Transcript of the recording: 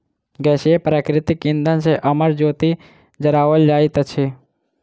गैसीय प्राकृतिक इंधन सॅ अमर ज्योति जराओल जाइत अछि